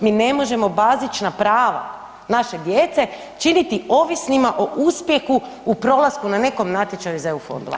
Mi ne možemo bazična prava naše djece činiti ovisnima o uspjehu u prolasku na nekom natječaju iz eu fondova.